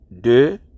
de